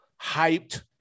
hyped